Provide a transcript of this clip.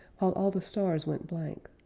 while all the stars went blank.